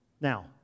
Now